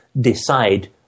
decide